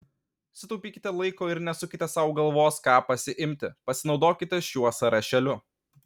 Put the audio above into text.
sutaupykite laiko ir nesukite sau galvos ką pasiimti pasinaudokite šiuo sąrašėliu